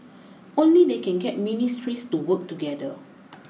only they can get ministries to work together